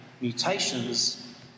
mutations